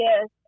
yes